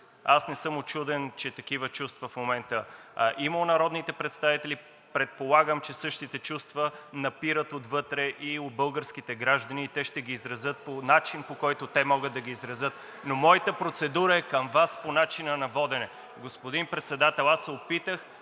Аз не съм учуден, че такива чувства в момента има у народните представители, предполагам, че същите чувства напират отвътре и у българските граждани и те ще ги изразят по начин, по който те могат да ги изразят. (Шум и реплики.) Но моята процедура е към Вас по начина на водене. Господин Председател, аз се опитах